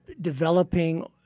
developing